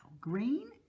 Green